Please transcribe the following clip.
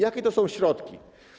Jakie to są środki?